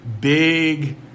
big